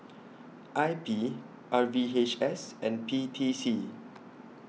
I P R V H S and P T C